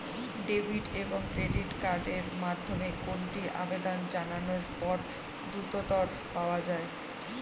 Debit এবং credit card এর মধ্যে কোনটি আবেদন জানানোর পর দ্রুততর পাওয়া য়ায়?